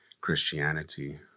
Christianity